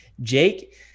Jake